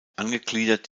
angegliedert